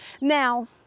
Now